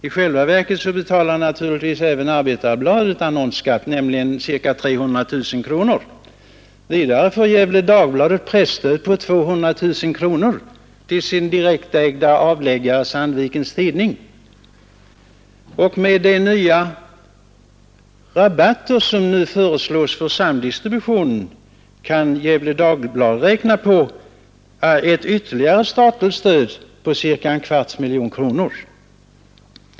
I själva verket betalar naturligtvis även Arbetarbladet annonsskatt, nämligen ca 300 000 kronor. Vidare får Gefle Dagblad ett presstöd på 200 000 kronor för sin direktägda avläggare Sandvikens Tidning. Med den ökade rabatt som nu föreslås för samdistributionen kan Gefle Dagblad räkna med ett ytterligare statligt stöd på cirka en kvarts miljon kronor per år.